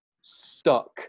stuck